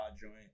joint